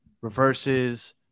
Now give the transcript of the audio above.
reverses